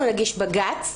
אנחנו נגיש בג"ץ,